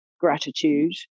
gratitude